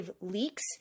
leaks